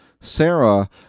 sarah